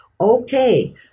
Okay